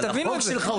תבינו את זה.